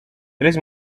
três